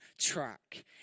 track